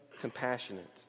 compassionate